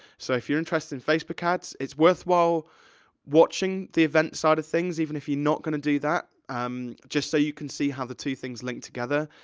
so, if you're interested in facebook ads, it's worthwhile watching the events side of things, even if you're not gonna do that, um just so you can see how the two things link together.